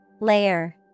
Layer